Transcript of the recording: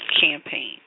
campaign